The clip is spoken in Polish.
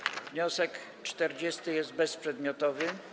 Wniosek 40. jest bezprzedmiotowy.